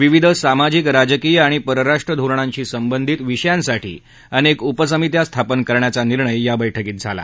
विविध सामाजिक राजकीय आणि परराष्ट्र धोरणांशी संबंधित विषयांसाठी अनक्क उपसमित्या स्थापन करण्याचा निर्णय या बैठकीत झाला